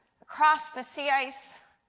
across the sea ice.